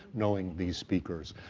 knowing these speakers.